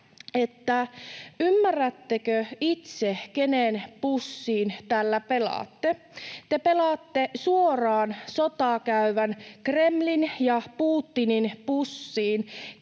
ymmärrättekö itse, kenen pussiin tällä pelaatte. Te pelaatte suoraan sotaa käyvän Kremlin ja Putinin pussiin.